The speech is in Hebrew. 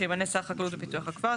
שימנה שר החקלאות ופיתוח הכפר,